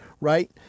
right